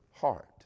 heart